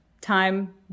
time